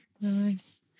Nice